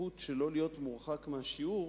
שהזכות לא להיות מורחק מהשיעור